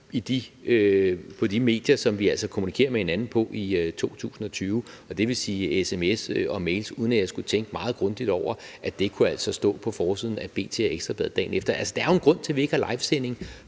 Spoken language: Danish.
på de medier, som vi altså kommunikerer med hinanden på i 2020, dvs. sms og mails, uden at jeg skulle tænke meget grundigt over, at det kunne stå på forsiden af B.T. og Ekstra Bladet dagen efter. Der er jo en grund til, at vi ikke har livesending